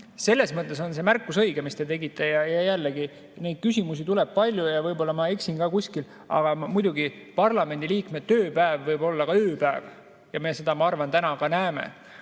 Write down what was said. See märkus on õige, mis te tegite. Jällegi, neid küsimusi tuleb palju ja võib-olla ma eksin kuskil. Aga muidugi, parlamendiliikme tööpäev võib olla ka ööpäev. Me seda, ma arvan, täna ka näeme.